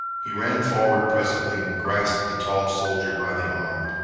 he ran forward presently and grasped the tall soldier by the arm.